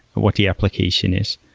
what the application is.